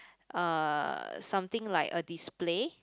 uh something like a display